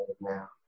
now